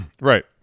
right